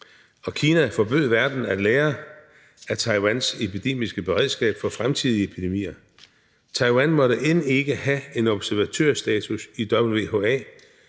Kina forbød verden at lære af Taiwans epidemiske beredskab for fremtidige epidemier. Taiwan måtte end ikke have observatørstatus i WHA.